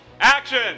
action